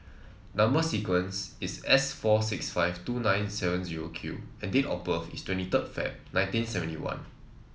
number sequence is S four six five two nine seven zero Q and date of birth is twenty third Feb nineteen seventy one